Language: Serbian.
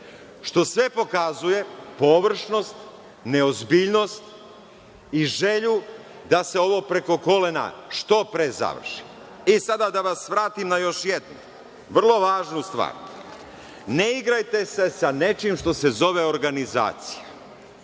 što sve pokazuje površnost, neozbiljnost i želju da se ovo preko kolena što pre završi. Sada da vas vratim na još jednu vrlo važnu stvar. Ne igrajte se sa nečim što se zove organizacija